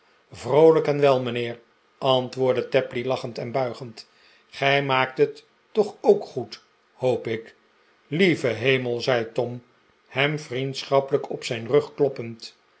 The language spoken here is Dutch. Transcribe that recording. vroolijk en wel mijnheer antwoordde tapley lachend en buigend gij maakt het toch ook goed hoop ik lie ve hemel zei tom hem vriendschappelijk op zijn rug kloppend